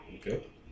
Okay